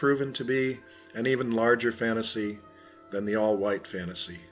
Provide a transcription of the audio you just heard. proven to be an even larger fantasy than the all white fantasy